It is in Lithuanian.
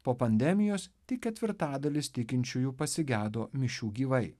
po pandemijos tik ketvirtadalis tikinčiųjų pasigedo mišių gyvai